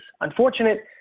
unfortunate